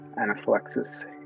anaphylaxis